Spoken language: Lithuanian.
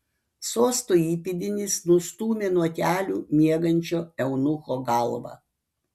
sosto įpėdinis nustūmė nuo kelių miegančio eunucho galvą